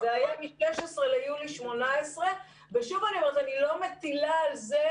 2018. זה היה ב-16 ביולי 2018. ושוב אני אומרת: אני לא מטילה על זה,